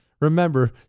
Remember